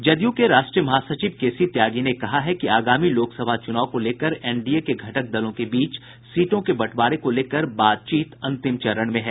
जदयू के राष्ट्रीय महासचिव के सी त्यागी ने कहा है कि आगामी लोकसभा चुनाव को लेकर एनडीए के घटक दलों के बीच सीटों के बंटवारे को लेकर बातचीत अंतिम चरण में है